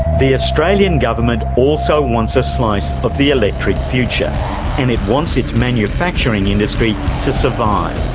the australian government also wants a slice of the electric future, and it wants its manufacturing industry to survive,